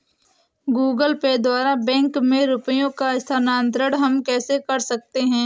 Google Pay द्वारा bank में रुपयों का स्थानांतरण हम कैसे कर सकते हैं?